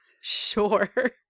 Sure